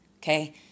Okay